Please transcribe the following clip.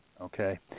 Okay